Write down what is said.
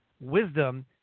wisdom